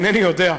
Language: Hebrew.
אינני יודע,